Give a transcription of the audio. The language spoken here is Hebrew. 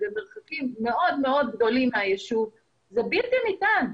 במרחקים מאוד גדולים מהיישוב זה בלתי ניתן.